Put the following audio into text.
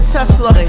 Tesla